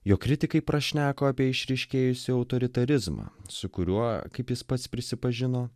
jo kritikai prašneko apie išryškėjusį autoritarizmą su kuriuo kaip jis pats prisipažino